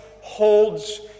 holds